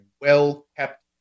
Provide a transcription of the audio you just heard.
well-kept